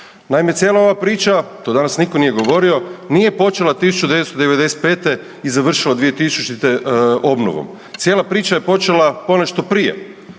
Naime cijela ova priča to danas nitko nije govorio nije počela 1995. i završila 2000. obnovom. Cijela priča je počela ponešto prije.